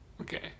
Okay